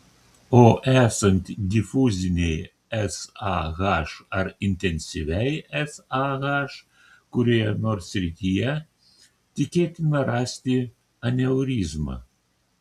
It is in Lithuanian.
o esant difuzinei sah ar intensyviai sah kurioje nors srityje tikėtina rasti aneurizmą